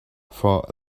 for